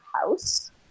house